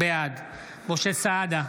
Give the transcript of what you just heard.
בעד משה סעדה,